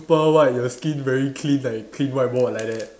pearl white your skin very clean like clean whiteboard like that